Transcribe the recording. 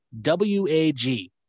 W-A-G